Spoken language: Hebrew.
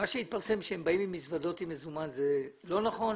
שהתפרסם שהם באים עם מזוודות במזומן לא נכון?